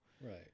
Right